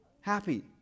happy